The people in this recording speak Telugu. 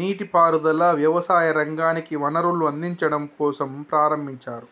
నీటి పారుదల, వ్యవసాయ రంగానికి వనరులను అందిచడం కోసంప్రారంబించారు